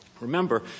Remember